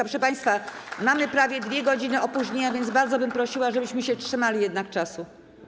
Proszę państwa, mamy prawie 2 godziny opóźnienia, więc bardzo bym prosiła, żebyśmy jednak trzymali się czasu.